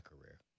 career